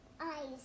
eyes